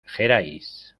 gerais